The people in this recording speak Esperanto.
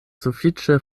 sufiĉe